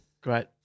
Great